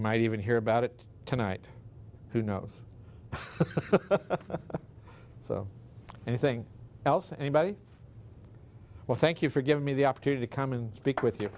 might even hear about it tonight who knows so anything else anybody well thank you for giving me the opportunity to come and speak with you